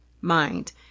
mind